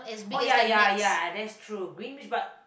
oh ya ya ya that's true green which part